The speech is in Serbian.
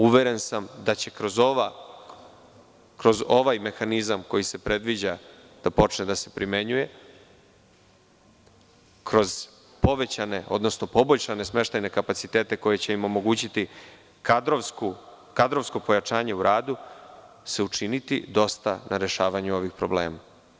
Uveren sam da će kroz ovaj mehanizam koji se predviđa da počne da se primenjuje, kroz povećane, odnosno poboljšane smeštajne kapacitete koje će im omogućiti kadrovsko pojačanje u radu, se učiniti dosta na rešavanju ovih problema.